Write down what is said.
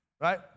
right